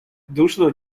duszno